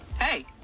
Hey